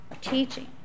teaching